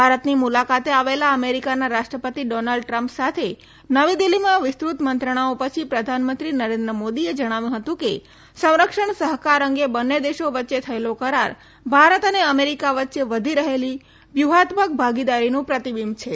ભારતની મુલાકાતે આવેલા અમેરિકાના રાષ્ટ્રપતિ ડોનાલ્ડ ટ્રમ્પ સાથે નવી દિલ્હીમાં વિસ્તૃત મંત્રણાઓ પછી પ્રધાનમંત્રી નરેન્દ્ર મોદીએ જણાવ્યું હતું કે સંરક્ષણ સહકાર અંગે બંને દેશો વચ્ચે થયેલો કરાર ભારત અને અમેરિકા વચ્ચે વધી રહેલી વ્યૂહાત્મક ભાગીદારીનું પ્રતિબિંબ છે